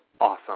awesome